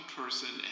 person